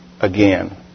again